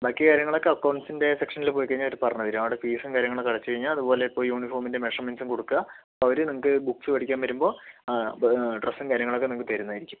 ബാക്കി കാര്യങ്ങളൊക്കെ അക്കൗണ്ട്സിൻറെ സെക്ഷനിൽ പോയിക്കഴിഞ്ഞാൽ അവർ പറഞ്ഞുതരും അവിടെ ഫീസും കാര്യങ്ങളുമൊക്കെ അടച്ചുകഴിഞ്ഞാൽ അതുപോലെ ഇപ്പോൾ യൂണിഫോമിൻറെ മെഷർമെൻറും കൊടുക്കുക അവർ നിങ്ങൾക്ക് ബുക്ക്സ് മേടിക്കാൻ വരുമ്പോൾ ഡ്രെസ്സും കാര്യങ്ങളുമൊക്കെ നിങ്ങൾക്ക് തരുന്നതായിരിക്കും